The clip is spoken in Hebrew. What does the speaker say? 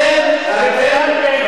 תתבייש לך.